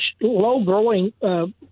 low-growing